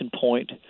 point